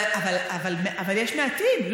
אבל יש מעטים.